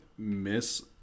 miss